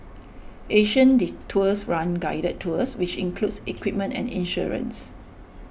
Asian Detours runs guided tours which includes equipment and insurance